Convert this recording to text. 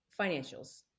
financials